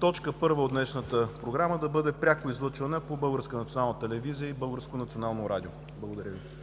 точка първа от днешната програма да бъде пряко излъчвана по Българската